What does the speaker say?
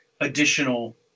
additional